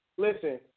Listen